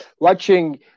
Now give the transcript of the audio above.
watching